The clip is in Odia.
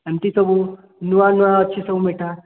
ଏମିତି ସବୁ ନୂଆ ନୂଆ ଅଛି ସବୁ ମିଠା